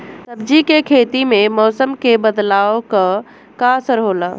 सब्जी के खेती में मौसम के बदलाव क का असर होला?